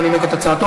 לא נימק את הצעתו,